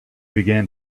began